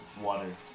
water